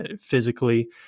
physically